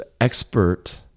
expert